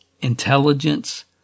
intelligence